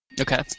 okay